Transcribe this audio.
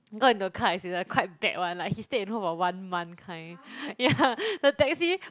got into a car accident quite bad [one] like he stayed at home for one month kind yeah the taxi